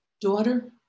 daughter